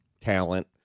talent